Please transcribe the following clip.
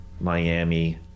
Miami